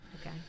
Okay